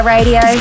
Radio